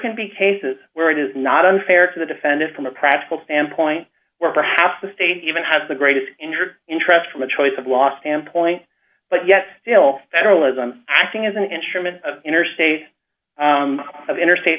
can be cases where it is not unfair to the defendant from a practical standpoint or perhaps the state even has the greatest injured interest from a choice of law standpoint but yet still that role as an acting as an instrument of interstate of interstate